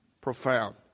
profound